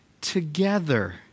together